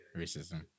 racism